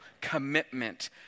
commitment